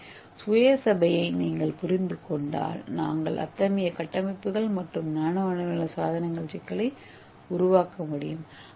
எனவே சுயசபையை நீங்கள் புரிந்து கொண்டால் நாங்கள் அத்தகைய கட்டமைப்புகள் மற்றும் நானோ அளவிலான சாதனங்கள் சிக்கலை உருவாக்க முடியும்